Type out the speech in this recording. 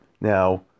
now